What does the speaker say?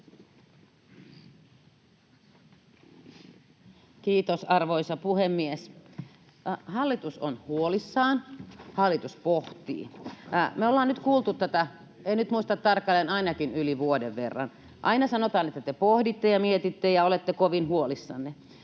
Kiitos, arvoisa puhemies! Hallitus on huolissaan, hallitus pohtii. Me ollaan nyt kuultu tätä, en nyt muista tarkalleen, ainakin yli vuoden verran. Aina sanotaan, että te pohditte ja mietitte ja olette kovin huolissanne.